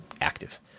active